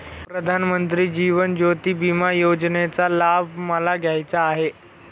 प्रधानमंत्री जीवन ज्योती विमा योजनेचा लाभ मला घ्यायचा आहे